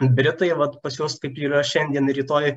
britai vat pas juos kaip yra šiandien ir rytoj